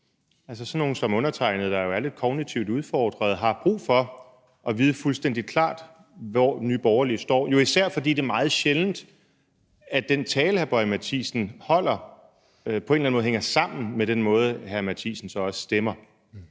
Sådan nogle som undertegnede, der jo er lidt kognitivt udfordrede, har brug for at vide fuldstændig klart, hvor Nye Borgerlige står, især fordi det jo er meget sjældent, at den tale, hr. Lars Boje Mathiesen holder, på en eller anden måde hænger sammen med den måde, hr. Lars Boje Mathiesen så stemmer.